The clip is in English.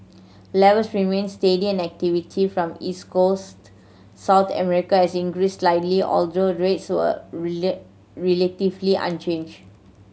levels remained steady and activity from East Coast South America has increased slightly although rates were relatively unchanged